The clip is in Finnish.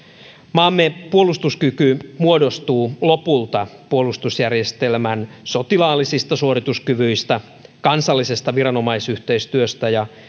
maamme puolustuskyky muodostuu lopulta puolustusjärjestelmän sotilaallisista suorituskyvyistä kansallisesta viranomaisyhteistyöstä ja